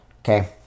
Okay